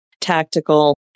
tactical